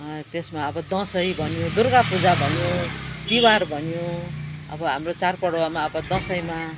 त्यसमा अब दसैँ भन्यो दुर्गा पूजा भन्यो तिहार भन्यो अब हाम्रो चाडपर्वमा अब दसैँमा